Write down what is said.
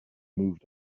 moved